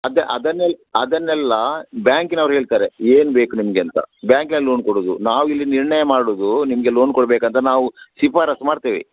ಅದೇ ಅದನ್ನ ಅದನ್ನೆಲ್ಲ ಬ್ಯಾಂಕಿನವ್ರು ಹೇಳ್ತಾರೆ ಏನು ಬೇಕು ನಿಮಗೆ ಅಂತ ಬ್ಯಾಂಕಲ್ಲಿ ಲೋನ್ ಕೊಡೋದು ನಾವು ಇಲ್ಲಿ ನಿರ್ಣಯ ಮಾಡೋದು ನಿಮಗೆ ಲೋನ್ ಕೊಡಬೇಕಾ ಅಂತ ನಾವು ಶಿಫಾರಸ್ಸು ಮಾಡ್ತೇವೆ